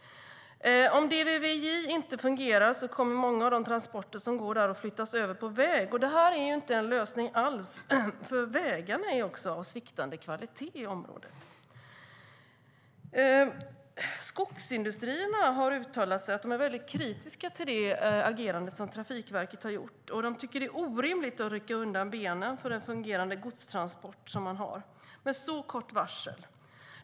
Om DVVJ inte fungerar kommer många av de transporter som går där att flyttas över på väg. Det är inte alls en lösning, för vägarna i området är av sviktande kvalitet. Skogsindustrierna har uttalat att de är mycket kritiska till Trafikverkets agerande. De tycker att det är orimligt att rycka undan benen för fungerande godstransporter med så kort varsel.